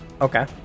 Okay